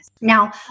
Now